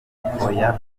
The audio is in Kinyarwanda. harabura